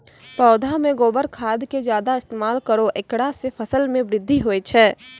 पौधा मे गोबर खाद के ज्यादा इस्तेमाल करौ ऐकरा से फसल बृद्धि होय छै?